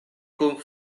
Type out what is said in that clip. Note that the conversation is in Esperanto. kun